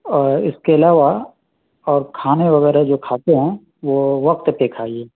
اور اس کے علاوہ اور کھانے وغیرہ جو کھاتے ہیں وہ وقت پہ کھائیے